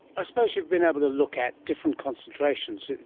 i suppose you've been able to look at different concentrations that,